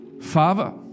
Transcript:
Father